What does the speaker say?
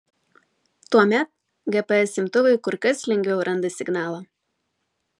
tuomet gps imtuvai kur kas lengviau randa signalą